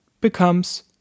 becomes